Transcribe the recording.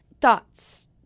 thoughts